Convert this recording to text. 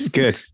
good